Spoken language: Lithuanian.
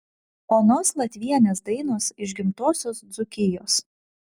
onos latvienės dainos iš gimtosios dzūkijos